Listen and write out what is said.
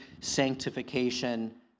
sanctification